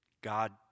God